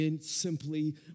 simply